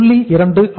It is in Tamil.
2 ஆகும்